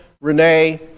Renee